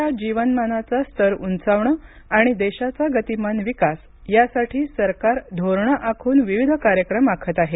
जनतेच्या जीवनमानाचा स्तर उंचावणे आणि देशाचा गतीमान विकास यासाठी सरकार धोरणं आखून विविध कार्यक्रम आखत आहे